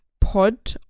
Pod